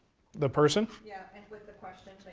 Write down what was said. the person? yeah, and with the questions